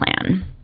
plan